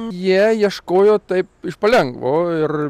jie ieškojo taip iš palengvo ir